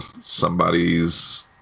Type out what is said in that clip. somebody's